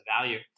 value